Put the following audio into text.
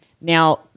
Now